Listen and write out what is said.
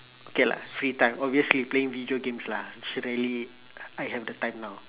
okay lah free time obviously playing video games lah sh~ really I have the time now